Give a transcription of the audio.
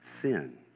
sin